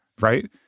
right